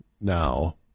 now